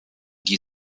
die